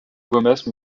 gomes